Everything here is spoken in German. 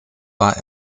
war